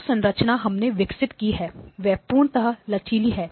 जो संरचना हमने विकसित की है वह पूर्णत लचीली है